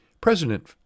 President